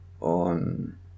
on